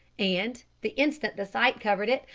and, the instant the sight covered it,